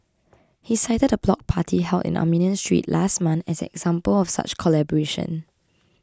he cited a block party held in Armenian Street last month as an example of such collaboration